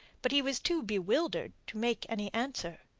but he was too bewildered to make any answer.